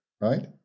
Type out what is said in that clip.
right